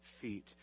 feet